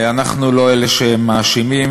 אנחנו לא אלה שמאשימים,